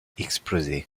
exploser